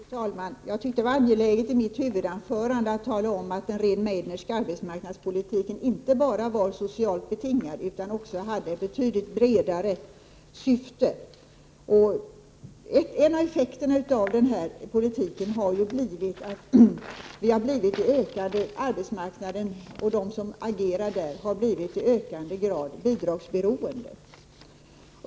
Fru talman! Jag tyckte att det var angeläget att i mitt huvudanförande tala om att den Rehn-Meidnerska arbetsmarknadspolitiken inte bara var socialt betingad, utan också hade betydligt bredare syfte. En av effekterna av den politiken har blivit att de som agerar på arbetsmarknaden har blivit i ökande grad bidragsberoende.